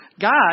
God